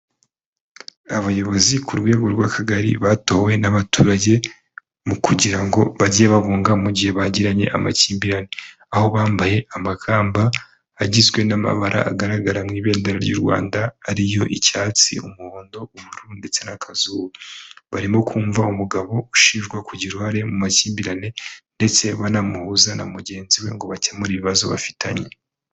Abayobozi ku rwego rw'akagari batowe n'abaturage mu kugira ngo bajye bahunga mu gihe bagiranye amakimbirane. Aho bambaye amakamba agizwe n'amabara agaragara mu ibendera ry'u Rwanda, ariyo icyatsi, umuhondo, ubururu, ndetse n'akazuba. Barimo kumva umugabo ushinjwa kugira uruhare mu makimbirane ndetse banamuhuza na mugenzi we ngo bakemure ibibazo bafitanye.